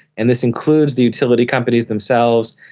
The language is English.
and this includes the utility companies themselves,